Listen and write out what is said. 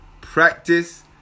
practice